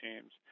teams